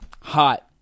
Hot